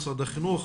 משרד החינוך,